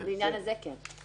בעניין הזה, כן.